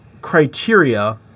criteria